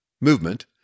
movement